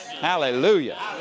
Hallelujah